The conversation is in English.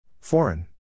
Foreign